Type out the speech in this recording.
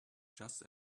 just